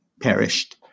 perished